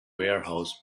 warehouse